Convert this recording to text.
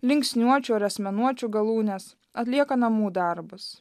linksniuočių ar asmenuočių galūnes atlieka namų darbus